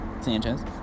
Sanchez